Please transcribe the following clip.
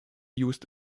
used